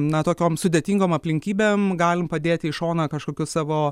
na tokiom sudėtingom aplinkybėm galim padėti į šoną kažkokius savo